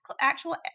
actual